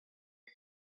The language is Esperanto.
nek